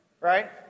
Right